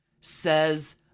says